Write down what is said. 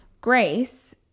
grace